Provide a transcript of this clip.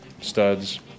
studs